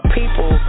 people